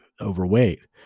overweight